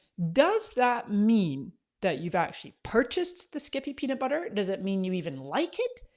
does that mean that you've actually purchased the skippy peanut butter? does it mean you even like it?